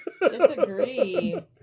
Disagree